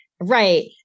Right